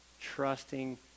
trusting